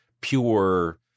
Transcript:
pure